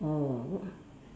oh w~